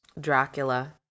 Dracula